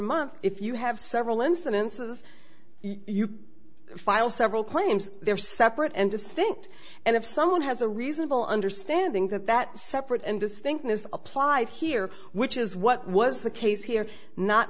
money if you have several instances you file several claims they're separate and distinct and if someone has a reasonable understanding that that separate and distinct is applied here which is what was the case here not